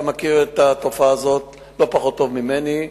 אתה מכיר את התופעה הזאת לא פחות טוב ממני,